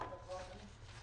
ליובל,